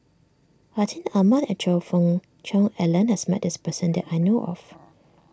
Atin Amat and Choe Fook Cheong Alan has met this person that I know of